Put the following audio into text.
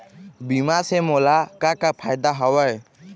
बीमा से मोला का का फायदा हवए?